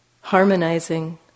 Harmonizing